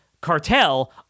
cartel